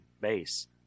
base